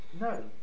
No